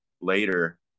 later